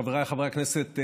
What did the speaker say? חבריי חברי הכנסת,